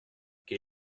quel